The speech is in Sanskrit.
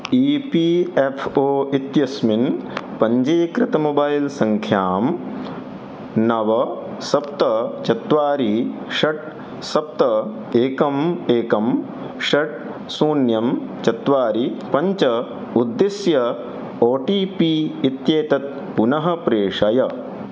ई पि एफ़् ओ इत्यस्मिन् पञ्जीकृतां मोबैल् सङ्ख्यां नव सप्त चत्वारि षट् सप्त एकम् एकं षड् शून्यं चत्वारि पञ्च उद्दिश्य ओ टि पि इत्येतत् पुनः प्रेषय